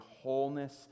wholeness